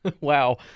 wow